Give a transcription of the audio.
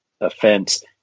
offense